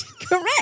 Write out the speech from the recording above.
Correct